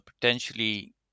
potentially